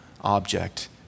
object